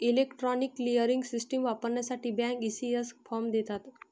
electronic clearing system वापरण्यासाठी bank, ECS form देतात